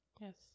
Yes